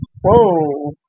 whoa